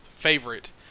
favorite